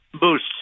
boost